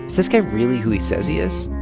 this guy really who he says he is?